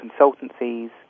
consultancies